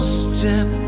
step